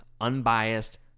unbiased